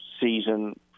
season